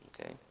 Okay